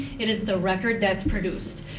it's the record that's produced.